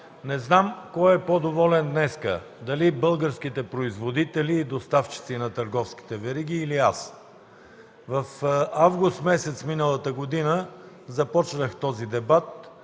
Не знам кой е по-доволен днес – дали българските производители и доставчици на търговските вериги, или аз? През месец август миналата година започнах този дебат.